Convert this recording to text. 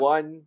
One